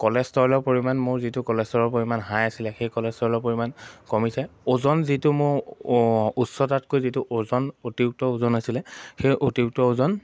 কলেষ্ট্ৰলৰ পৰিমাণ মোৰ যিটো কলেষ্ট্ৰলৰ পৰিমাণ হাই আছিলে সেই কলেষ্ট্ৰলৰ পৰিমাণ কমিছে ওজন যিটো মোৰ উচ্চতাতকৈ যিটো ওজন অতিৰিক্ত ওজন আছিলে সেই অতিৰিক্ত ওজন